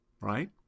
right